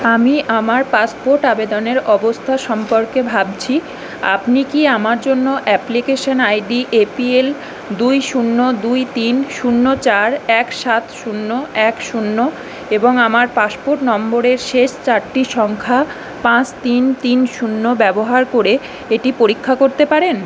আমি আমার পাসপোর্ট আবেদনের অবস্থা সম্পর্কে ভাইঝি আপনি কি আমার জন্য application ID A P L দুই শূন্য দুই তিন শূন্য চার এক সাত শূন্য এক শূন্য এবং আমার পাসপোর্ট নম্বরের শেষ চারটি সংখ্যা পাঁচ তিন তিন শূন্য ব্যবহার করে এটি পরীক্ষা করতে পারেন